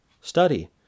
study